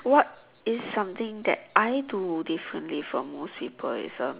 what is something that I do differently from most people is a